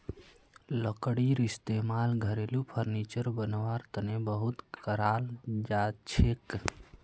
लकड़ीर इस्तेमाल घरेलू फर्नीचर बनव्वार तने बहुत कराल जाछेक